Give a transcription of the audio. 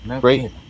great